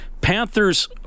Panthers